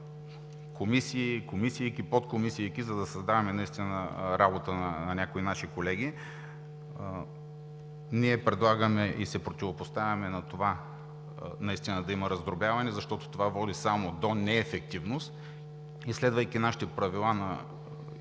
комисии, комисийки, подкомисийки, за да създаваме наистина работа на някои наши колеги, ние се противопоставяме да има раздробяване, защото това води само до неефективност. Следвайки нашите правила и